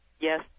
Yes